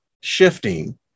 shifting